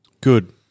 Good